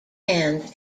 hands